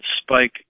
spike